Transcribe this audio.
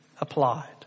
applied